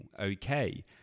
okay